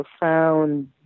profound